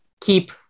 Keep